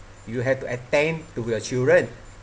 you have to attend to your children